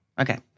Okay